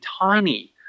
tiny